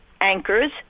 anchors